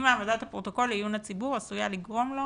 אם העמדת הפרוטוקול לעיון הציבור עשויה לגרום לו